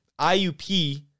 IUP